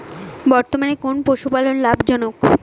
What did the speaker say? বর্তমানে কোন পশুপালন লাভজনক?